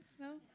No